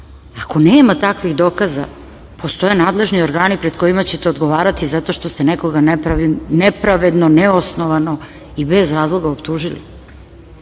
Ako nema takvih dokaza, postoje nadležni organi pred kojima ćete odgovarati zato što ste nekoga nepravedno, neosnovano i bez razloga optužili. Da